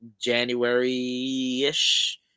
January-ish